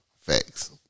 Facts